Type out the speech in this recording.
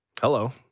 Hello